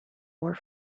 more